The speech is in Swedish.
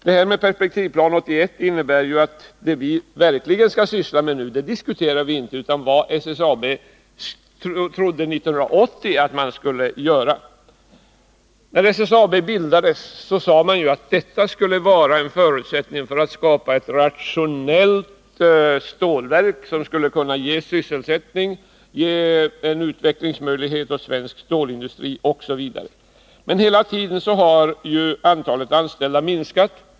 Detta med Perspektivplan 1981 innebär att vi nu inte diskuterar vad SSAB verkligen skall syssla med utan vad SSAB 1980 trodde att man skulle göra. När SSAB bildades sades att bolaget skulle vara en förutsättning för uppbyggandet av ett rationellt stålverk, som skulle kunna ge sysselsättning, och för skapande av utvecklingsmöjligheter för svensk stålindustri etc. Men hela tiden har antalet anställda minskat.